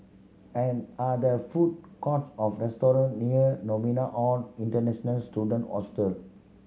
an are there food courts or restaurant near Novena Hall International Students Hostel